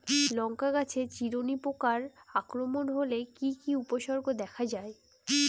লঙ্কা গাছের চিরুনি পোকার আক্রমণ হলে কি কি উপসর্গ দেখা যায়?